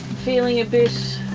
feeling a bit